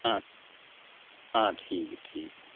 हां हां ठीक ऐ ठीक ऐ